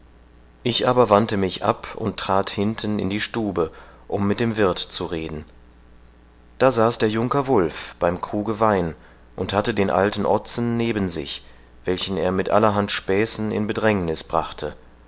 ich aber wandte mich ab und trat hinten in die stube um mit dem wirth zu reden da saß der junker wulf beim kruge wein und hatte den alten ottsen neben sich welchen er mit allerhand späßen in bedrängniß brachte